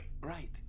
Right